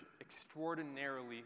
extraordinarily